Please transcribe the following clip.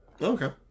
Okay